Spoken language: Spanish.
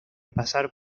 pasar